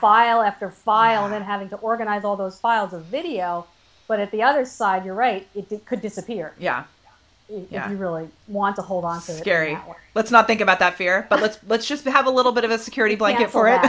file after file and then having to organize all those files a video but at the other side you're right it could disappear yeah yeah i really want to hold us a scary or let's not think about that fear but let's let's just have a little bit of a security blanket for it